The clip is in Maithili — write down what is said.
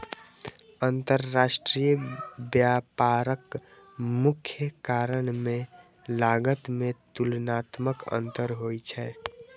अंतरराष्ट्रीय व्यापारक मुख्य कारण मे लागत मे तुलनात्मक अंतर होइ छै